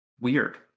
weird